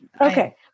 Okay